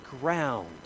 ground